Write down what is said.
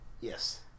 Yes